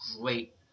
great